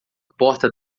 porta